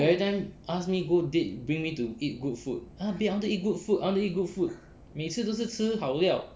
you everytime ask me go date bring me to eat good food ah babe I wanna eat good food I wanna eat good food 每次都是吃好料